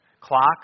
Clock